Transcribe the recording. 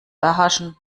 erhaschen